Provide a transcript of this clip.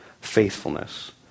faithfulness